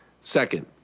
Second